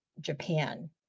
Japan